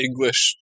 english